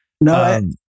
No